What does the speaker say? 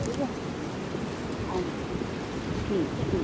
ठीक ऐ आं जी आं जी ठीक ठीक